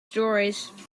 stories